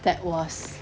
that was